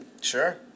Sure